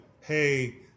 Hey